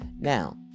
now